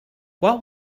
what